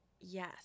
Yes